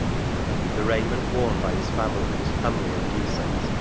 the raiment worn by his family was comely and decent,